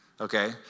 okay